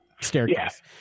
staircase